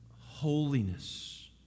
holiness